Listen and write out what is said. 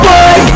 Boy